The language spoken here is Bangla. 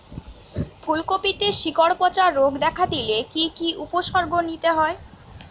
ফুলকপিতে শিকড় পচা রোগ দেখা দিলে কি কি উপসর্গ নিতে হয়?